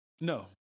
No